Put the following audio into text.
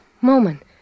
moment